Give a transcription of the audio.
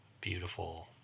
beautiful